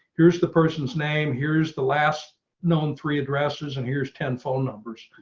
here's the person's name. here's the last known three addresses and here's ten phone numbers.